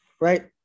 right